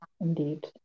Indeed